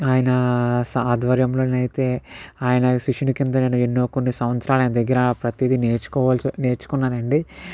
ఆయన సాధ్వర్యంలోనైతే ఆయన శిష్యుని కింద ఎన్నో కొన్ని సంవత్సరాలు ఆయన దగ్గర ప్రతీదీ నేర్చుకోవాల్సి నేర్చుకున్నాను అండి